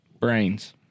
brains